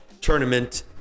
tournament